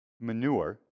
manure